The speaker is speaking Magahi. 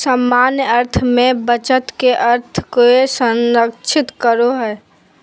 सामान्य अर्थ में बचत के अर्थ धन के संरक्षित करो हइ